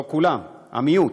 לא כולם, המיעוט,